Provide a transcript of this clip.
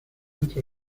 entre